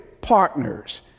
partners